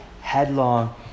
headlong